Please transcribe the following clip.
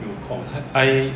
I